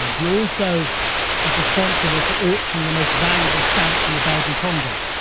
um he also is responsible for auctioning the most valuable stamp from the belgian congo.